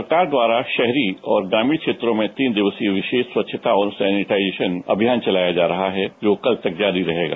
सरकार द्वारा शहरी और ग्रामीण क्षेत्रों में तीन दिवसीय विशेष स्वच्छता और सैनिटाइजेशन अभियान चलाया जा रहा है जो कल तक जारी रहेगा